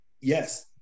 yes